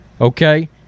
Okay